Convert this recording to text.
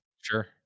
Sure